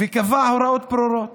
הוא קבע הוראות ברורות